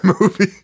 movie